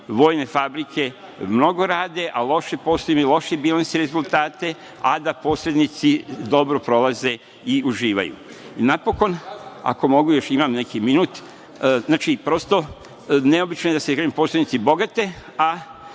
vojne fabrike mnogo rade, a loše posluju imaju loše bilansi, loše rezultati, a da posrednici dobro prolaze i uživaju. Napokon, ako mogu, imam još koji minut, znači, prosto, neobično je da se posrednici bogate i